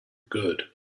good